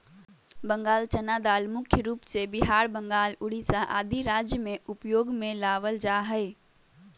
बंगाल चना दाल मुख्य रूप से बिहार, बंगाल, उड़ीसा आदि राज्य में उपयोग में लावल जा हई